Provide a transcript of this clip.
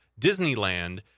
Disneyland